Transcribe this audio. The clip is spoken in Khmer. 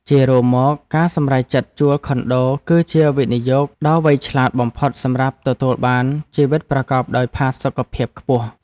ជារួមមក ការសម្រេចចិត្តជួលខុនដូគឺជាវិនិយោគដ៏វៃឆ្លាតបំផុតសម្រាប់ទទួលបានជីវិតប្រកបដោយផាសុកភាពខ្ពស់។